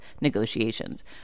negotiations